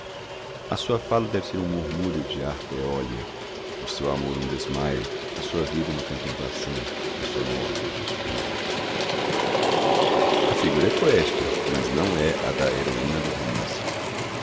a sua fala deve ser um murmúrio de harpa eólia o seu amor um desmaio a sua vida uma contemplação a sua morte um suspiro a figura é poética mas não é a da heroína do romance